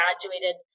graduated